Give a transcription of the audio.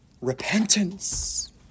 repentance